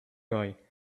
guy